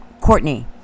Courtney